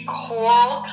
coral